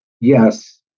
yes